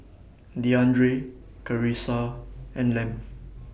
Deandre Karissa and Lem